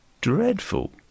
dreadful